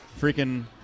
freaking